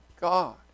God